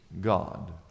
God